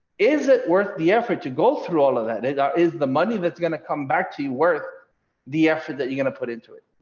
is it worth the effort to go through all of that um is the money that's going to come back to you worth the effort that you're going to put into it?